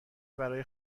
برای